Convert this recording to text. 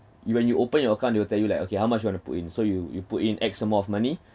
you when you open your account they will tell you like okay how much you want to put in so you you put in x amount of money